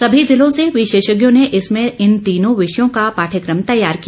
सभी जिलों से विशेषज्ञों ने इसमें इन तीनों विषयों का पाठ्यक्रम तैयार किया